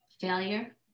failure